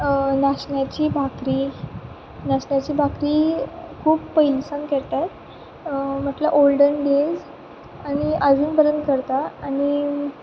नाचण्याची भाकरी नाचण्याची भाकरी खूब पयलींसान करतात म्हटल्यार ऑल्डन डेज आनी आजून पऱ्यांत करतात आनी